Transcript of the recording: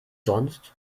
sonst